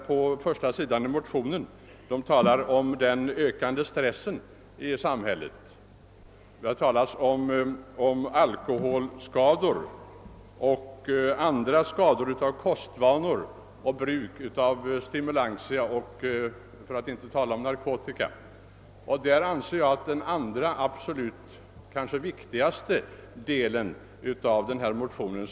På den första sidan i motionen talas det om den ökande stressen i arbetslivet och i samhället, det talas om alkoholskador och andra skador som uppstår på grund av dåliga kostvanor och bruk av stimulantia, för att inte tala om narkotika. Jag anser att detta är den absolut viktigaste delen av motionen.